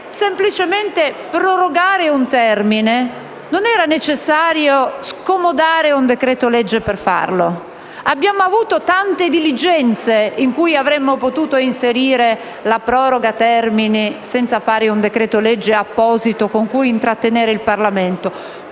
semplicemente prorogare un termine, non sarebbe stato necessario scomodare un decreto-legge per farlo. Abbiamo avuto tante "diligenze" in cui avremmo potuto inserire la proroga termini, senza fare un decreto-legge apposito con cui intrattenere il Parlamento.